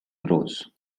rose